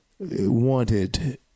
Wanted